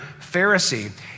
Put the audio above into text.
Pharisee